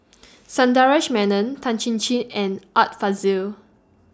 Sundaresh Menon Tan Chin Chin and Art Fazil